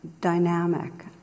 dynamic